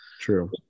true